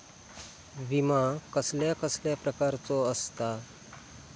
विमा कसल्या कसल्या प्रकारचो असता?